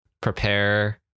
prepare